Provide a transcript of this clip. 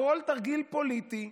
הכול תרגיל פוליטי.